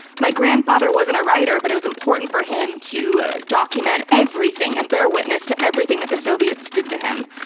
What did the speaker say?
my grandfather wasn't a writer, but it was important for him to document everythingand and bear witness to everything that the soviets did to him.